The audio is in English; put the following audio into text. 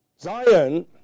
Zion